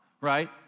right